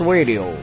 Radio